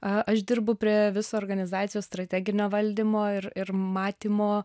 a aš dirbu prie viso organizacijos strateginio valdymo ir ir matymo